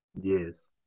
Yes